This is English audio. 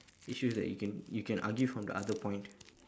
issues that you can you can argue from the other point